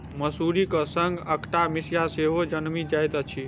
मसुरीक संग अकटा मिसिया सेहो जनमि जाइत अछि